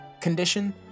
condition